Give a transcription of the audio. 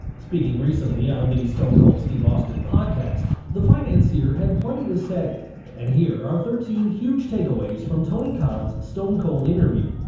speaking recently on the stone cold steve austin podcast, the financier had plenty to say and here are thirteen huge takeaways from tony khan's stone cold interview